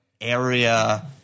area